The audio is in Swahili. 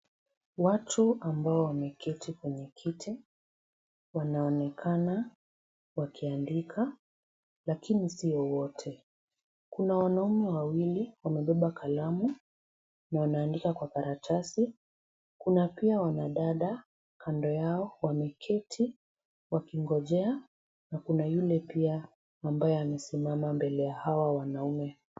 Watu ambao wameketi kwenye kiti wanaonekana wakiandika lakini sio wote, kuna wanaume wawili wamebeba kalamu na wanaandika kwa karatasi. Kuna pia wanadada kando yao wameketi wakingojea na kuna yule pia ambaye amesimama mbele ya hawa wanaume.